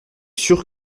sûr